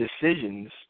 decisions